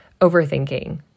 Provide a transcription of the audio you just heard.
overthinking